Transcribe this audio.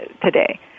today